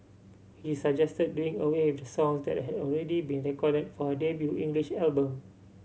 he suggest doing away with the songs that had already been recorded for her debut English album